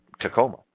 Tacoma